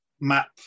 map